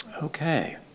Okay